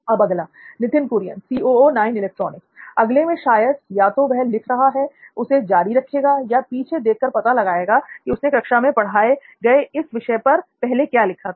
अब अगला l नित्थिन कुरियन अगले में शायद या तो वह जो लिख रहा है उसे जारी रखेगा या पीछे देख कर पता लगाएगा की उसने कक्षा में पढ़ाए गए इस विषय पर पहले क्या लिखा था